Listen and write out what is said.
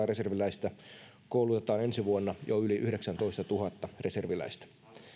reserviläistä koulutetaan ensi vuonna jo yli yhdeksästätoistatuhannesta reserviläistä